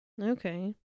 Okay